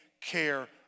care